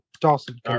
dawson